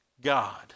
God